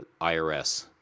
IRS